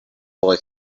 boy